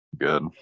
Good